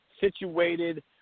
situated